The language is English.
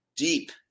deep